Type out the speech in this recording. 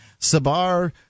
sabar